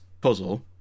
puzzle